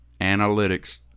analytics